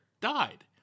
died